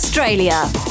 Australia